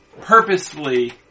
purposely